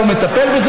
להציל שם חיי אדם.